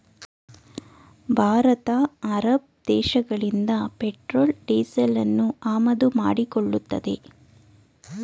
Bharat Arab ದೇಶಗಳಿಂದ petrol ಡೀಸೆಲನ್ನು ಆಮದು ಮಾಡಿಕೊಳ್ಳುತ್ತದೆ